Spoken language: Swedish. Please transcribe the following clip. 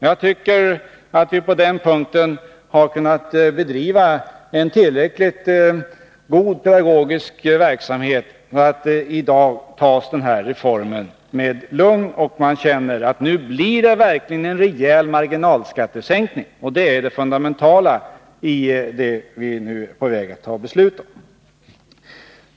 Jag tycker att vi på den punkten har kunnat bedriva en tillräckligt god pedagogisk verksamhet, och i dag tas den här reformen med lugn. Man känner att nu blir det verkligen en rejäl marginalskattesänkning. Detta är det fundamentala i det som vi nu tar beslut om.